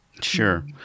Sure